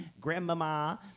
grandmama